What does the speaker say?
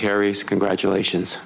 carries congratulations